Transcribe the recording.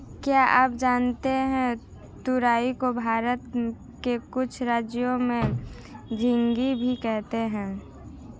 क्या आप जानते है तुरई को भारत के कुछ राज्यों में झिंग्गी भी कहते है?